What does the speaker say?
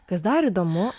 kas dar įdomu